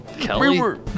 kelly